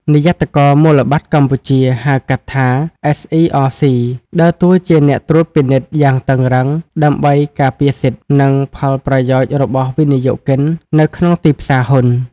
និយ័តករមូលបត្រកម្ពុជា (ហៅកាត់ថា SERC) ដើរតួជាអ្នកត្រួតពិនិត្យយ៉ាងតឹងរ៉ឹង ដើម្បីការពារសិទ្ធិ និងផលប្រយោជន៍របស់វិនិយោគិននៅក្នុងទីផ្សារហ៊ុន។